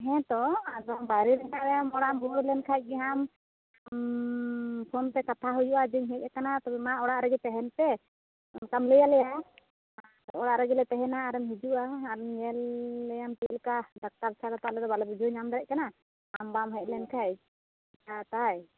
ᱦᱮᱸ ᱛᱚ ᱟᱫᱚ ᱵᱟᱭᱨᱮ ᱦᱮᱱᱟᱜ ᱢᱮᱭᱟ ᱚᱲᱟᱜ ᱮᱢ ᱨᱩᱭᱟᱹᱲ ᱞᱮᱱᱠᱷᱟᱡ ᱜᱮ ᱦᱟᱜ ᱟᱢ ᱯᱷᱳᱱ ᱛᱮ ᱠᱟᱛᱷᱟ ᱦᱩᱭᱩᱜᱼᱟ ᱟᱫᱚᱧ ᱦᱮᱡ ᱟᱠᱟᱱᱟ ᱢᱟ ᱚᱲᱟᱜ ᱨᱮᱜᱮ ᱛᱟᱦᱮᱱ ᱯᱮ ᱚᱱᱠᱟᱢ ᱞᱟᱹᱭ ᱟᱞᱮᱭᱟ ᱚᱲᱟᱜ ᱨᱮᱜᱮ ᱞᱮ ᱛᱟᱦᱮᱱᱟ ᱟᱨᱮᱢ ᱦᱤᱡᱩᱜᱼᱟ ᱟᱨ ᱧᱮᱞᱮᱭᱟᱢ ᱪᱮᱫ ᱞᱮᱠᱟ ᱰᱟᱠᱛᱟᱨ ᱪᱷᱟᱲᱟ ᱛᱚ ᱟᱞᱮ ᱰᱚ ᱵᱟᱞᱮ ᱵᱩᱡᱷᱟᱹᱣ ᱧᱟᱢ ᱰᱟᱲᱮᱭᱟᱜ ᱠᱟᱱᱟ ᱟᱢ ᱵᱟᱢ ᱦᱮᱡ ᱞᱮᱱ ᱠᱷᱟᱡ ᱪᱮᱠᱟ ᱛᱟᱭ